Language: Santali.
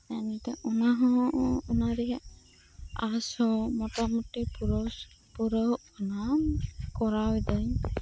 ᱮᱱᱛᱮ ᱚᱱᱟ ᱦᱚᱸ ᱚᱱᱟ ᱨᱮᱭᱟᱜ ᱟᱥ ᱦᱚᱸ ᱢᱚᱴᱟ ᱢᱩᱴᱤ ᱯᱩᱨᱟᱥ ᱯᱩᱨᱟᱣᱚᱜ ᱠᱟᱱᱟ ᱠᱚᱨᱟᱣᱤᱫᱟᱹᱧ